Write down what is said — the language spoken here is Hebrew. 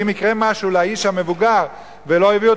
כי אם יקרה משהו לאיש המבוגר ולא יביאו